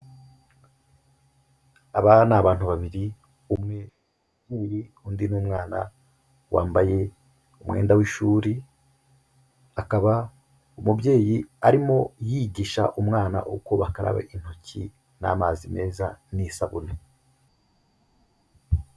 Aba ni abantu babiri umwe ni mukuru undi ni mwana, wambaye umwenda w'ishuri akaba umubyeyi arimo yigisha umwana uko bakaraba intoki n'amazi meza n'isabune.